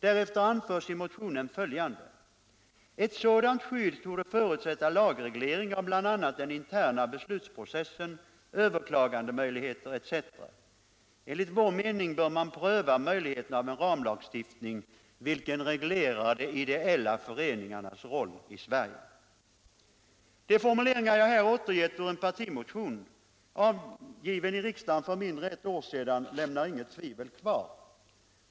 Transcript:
Därefter anförs följande: ”Ett sådant skydd torde förutsätta lagreglering av bl.a. den interna beslutsprocessen, överklagandemöjligheter etc. Enligt vår mening bör man pröva möjligheten av en ramlagstiftning, vilken reglerar de ideella föreningarnas roll i Sverige.” De formuleringar jag här återgett ur en partimotion, avgiven i riksdagen för mindre än ett år sedan, lämnar inget tvivel kvar.